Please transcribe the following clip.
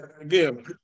again